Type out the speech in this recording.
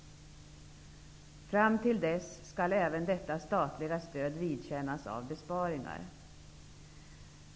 Fram till dess skall även detta statliga stöd vidkännas besparingar.